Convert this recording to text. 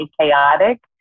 chaotic